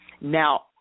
Now